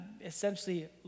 essentially